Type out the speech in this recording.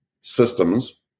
systems